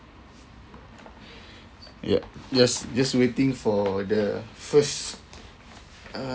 ya yes just waiting for the first uh